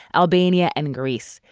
albania and greece.